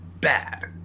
Bad